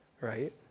Right